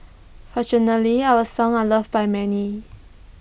fortunately our songs are loved by many